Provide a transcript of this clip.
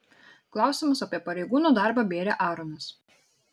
klausimus apie pareigūnų darbą bėrė aaronas